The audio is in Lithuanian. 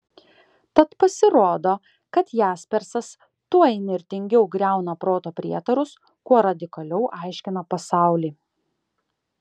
tad pasirodo kad jaspersas tuo įnirtingiau griauna proto prietarus kuo radikaliau aiškina pasaulį